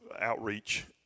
outreach